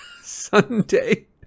Sunday